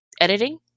editing